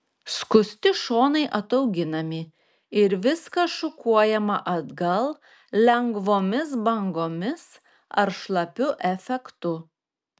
skusti šonai atauginami ir viskas šukuojama atgal lengvomis bangomis ar šlapiu efektu